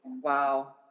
Wow